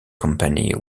company